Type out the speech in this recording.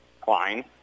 Klein